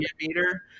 meter –